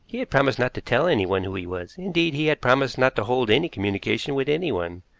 he had promised not to tell anyone who he was indeed, he had promised not to hold any communication with anyone.